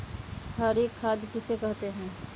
हरी खाद किसे कहते हैं?